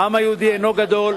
העם היהודי אינו גדול.